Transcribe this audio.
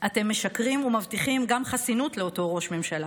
אתם משקרים ומבטיחים גם חסינות לאותו ראש ממשלה.